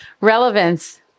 Relevance